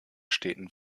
städten